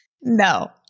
No